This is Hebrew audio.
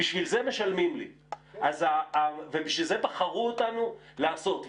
בשביל זה משלמים לי ובשביל זה בחרו אותנו לעשות.